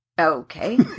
Okay